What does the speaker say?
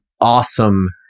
awesome